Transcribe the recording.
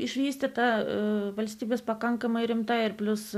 išvystytą valstybės pakankamai rimta ir plius